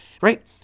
right